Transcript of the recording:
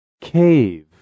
Cave